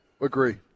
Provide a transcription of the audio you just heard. agree